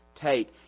take